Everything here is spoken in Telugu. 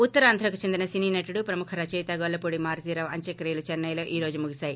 ఉత్తరాంధ్రకు చెందిన సినీ నటుడు ప్రముఖ రచయిత గొల్లపూడి మారుతీరావు అంత్యక్రియలు చెన్నెలో ఈ రోజు ముగిశాయి